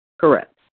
Correct